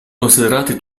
considerati